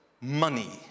money